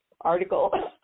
article